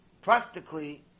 practically